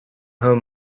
home